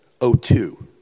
O2